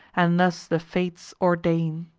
and thus the fates ordain.